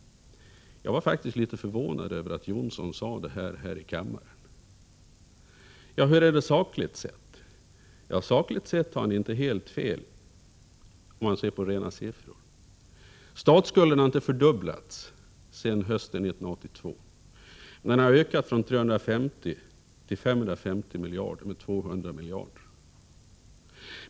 Jag var faktiskt litet förvånad över att Göte Jonsson sade detta här i kammaren. Hur är det sakligt sett? — Sakligt sett har han inte helt fel, om man ser på rena siffror. Statsskulden har inte fördubblats sedan hösten 1982, men den har ökat från 350 till 550 miljarder kronor, alltså med 200 miljarder.